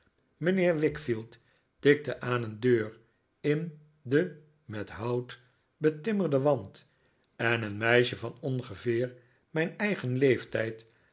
mijnheer wickfield tikte aan een deur in den met hout betimmerden wand en een meisje van ongeveer mijn eigen leeftijd